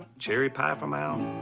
cherry pie from al?